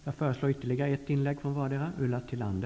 Jag föreslår ytterligare ett inlägg från vardera talare.